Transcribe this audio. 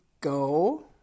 go